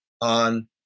on